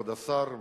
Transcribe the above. כבוד השר,